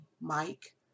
Mike